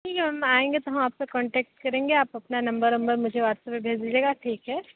ठीक है हम आयेंगे तो हम आपसे कॉन्टैक्ट करेंगे आप अपना नंबर वंबर मुझे व्हाट्सएप पर भेज दीजिएगा ठीक है